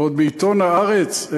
ועוד בעיתון "הארץ"?